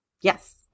Yes